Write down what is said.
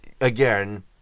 again